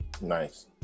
Nice